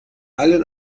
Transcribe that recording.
allen